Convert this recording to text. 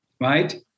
right